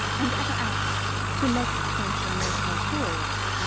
and ever after to make the tainture most notorious,